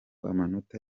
amanota